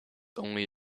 only